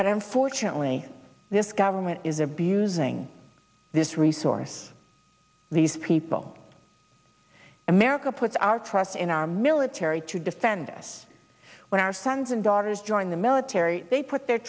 but unfortunately this government is abusing this resource these people america puts our trust in our military to defend us when our sons and daughters join the military they put their